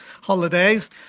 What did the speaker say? holidays